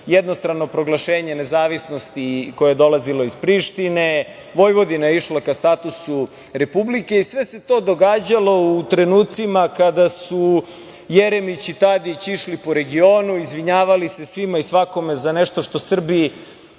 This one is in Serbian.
jednostrano proglašenje nezavisnosti koje je dolazilo iz Prištine, Vojvodina je išla ka statusu republike, i sve se to događalo u trenucima kada su Jeremić i Tadić išli po regionu, izvinjavali se svima i svakome za nešto što Srbi i